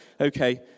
Okay